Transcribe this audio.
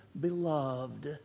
beloved